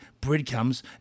breadcrumbs